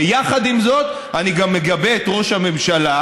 ויחד עם זאת אני גם מגבה את ראש הממשלה,